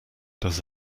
does